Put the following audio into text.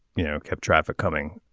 you know kept traffic coming